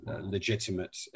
legitimate